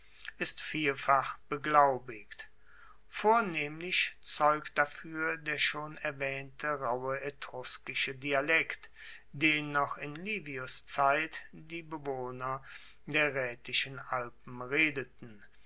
ist vielfach beglaubigt vornehmlich zeugt dafuer der schon erwaehnte rauhe etruskische dialekt den noch in livius zeit die bewohner der raetischen alpen redeten